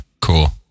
cool